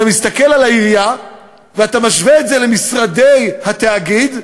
אתה מסתכל על העירייה ואתה משווה את זה למשרדי התאגיד,